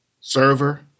server